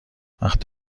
وقت